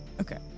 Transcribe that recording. Okay